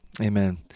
amen